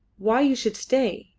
why you should stay!